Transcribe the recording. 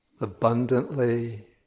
abundantly